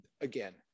again